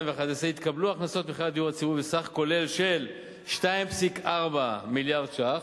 התקבלו הכנסות ממכירות דיור ציבורי בסכום כולל של 2.4 מיליארד ש"ח,